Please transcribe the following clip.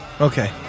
Okay